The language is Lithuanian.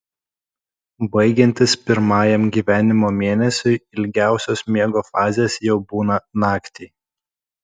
baigiantis pirmajam gyvenimo mėnesiui ilgiausios miego fazės jau būna naktį